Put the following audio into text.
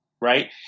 right